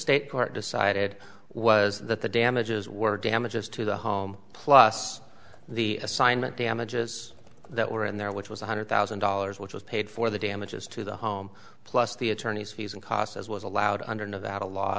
state court decided was that the damages were damages to the home plus the assignment damages that were in there which was one hundred thousand dollars which was paid for the damages to the home plus the attorneys fees and costs as was allowed under nevada law